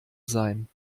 sein